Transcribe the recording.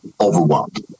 overwhelmed